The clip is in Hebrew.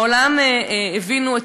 בעולם הבינו,